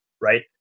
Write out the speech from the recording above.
Right